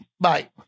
Bye